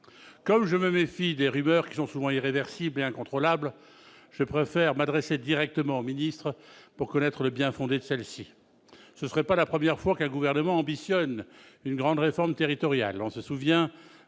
Comme je me méfie des rumeurs, qui sont souvent irréversibles et incontrôlables, je préfère m'adresser directement à vous pour connaître leur bien-fondé. Ce ne serait pas la première fois qu'un gouvernement ambitionne une grande réforme territoriale.